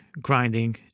grinding